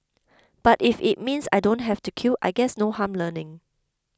but if it means I don't have to queue I guess no harm learning